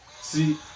See